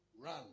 run